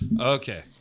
okay